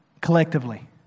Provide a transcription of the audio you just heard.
collectively